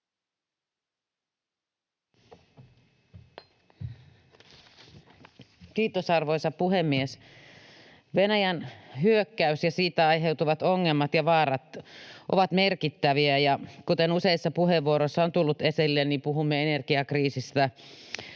Kiitos, arvoisa puhemies! Venäjän hyökkäys ja siitä aiheutuvat ongelmat ja vaarat ovat merkittäviä. Kuten useissa puheenvuoroissa on tullut esille, puhumme energiakriisistä,